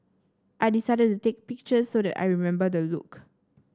I decided to take pictures so that I remember the look